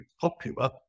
popular